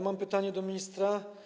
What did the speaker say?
Mam pytanie do ministra.